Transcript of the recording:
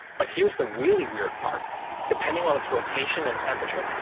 but here's the really weird part depending on its rotation and temperature,